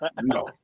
no